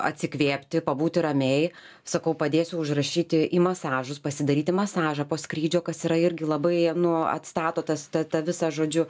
atsikvėpti pabūti ramiai sakau padėsiu užrašyti į masažus pasidaryti masažą po skrydžio kas yra irgi labai nu atstato tas tą tą visą žodžiu